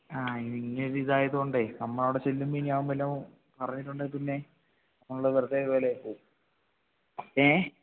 ആ ഇങ്ങനെ ഒരു ഇതായത് കൊണ്ട് നമ്മൾ അവിടെ ചെല്ലുമ്പോൾ ഇനി അവൻ വല്ലതും പറഞ്ഞിട്ടുണ്ടെങ്കിൽ പിന്നെ ഉള്ള വെറുതെ വിലയും പോകും ഏ